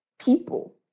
people